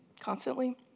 constantly